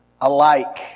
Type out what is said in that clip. alike